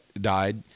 died